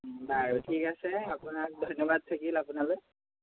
বাৰু ঠিক আছে আপোনাক ধন্যবাদ থাকিল আপোনালৈ